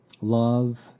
love